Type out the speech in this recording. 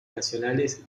nacionales